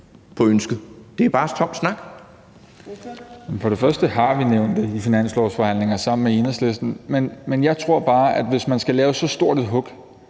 Kl. 15:21 Jacob Mark (SF): For det første har vi nævnt det i finanslovsforhandlingerne sammen med Enhedslisten. Men jeg tror bare, at hvis man skal lave så stort et hug